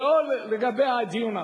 לא לגבי הדיון עצמו.